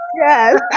yes